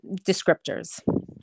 descriptors